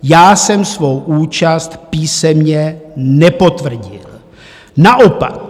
Já jsem svou účast písemně nepotvrdil, naopak.